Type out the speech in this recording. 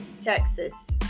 Texas